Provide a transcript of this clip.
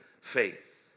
faith